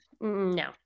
no